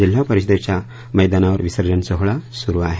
जिल्हा परिषदेच्या मैदानावर विसर्जन सोहळा सुरू आहे